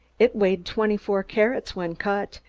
it weighed twenty-four carats when cut,